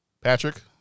Patrick